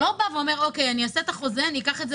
הוא לא בא ואומר שאני אעשה את החוזה ואני אקח את זה